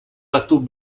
letu